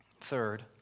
Third